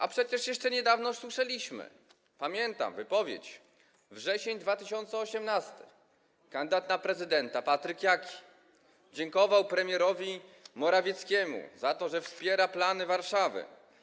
A przecież jeszcze niedawno słyszeliśmy, pamiętam wypowiedź z września 2018 r., jak kandydat na prezydenta Patryk Jaki dziękował premierowi Morawieckiemu za to, że wspiera plany Warszawy.